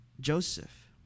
Joseph